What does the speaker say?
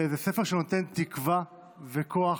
וזה ספר שנותן תקווה וכוח